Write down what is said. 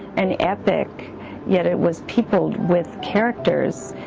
an epic yet it was peopled with characters